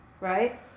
right